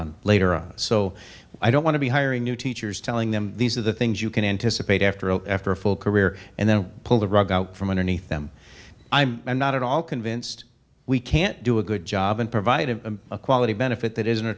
on later on so i don't want to be hiring new teachers telling them these are the things you can anticipate after after a full career and then pull the rug out from underneath them i'm not at all convinced we can't do a good job and provide a quality benefit that isn't a